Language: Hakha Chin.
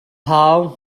hau